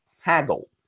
Haggle